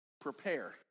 prepare